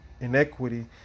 inequity